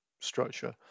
structure